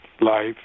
life